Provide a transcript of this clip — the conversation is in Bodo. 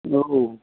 औ